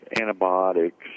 antibiotics